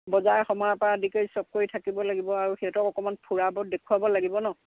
বজাৰ সমাৰৰ পৰা আদি কৰি সব কৰি থাকিব লাগিব আৰু সিহঁতক অকণমান ফুৰাব দেখুৱাব লাগিব নহ্